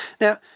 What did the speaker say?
Now